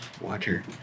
Water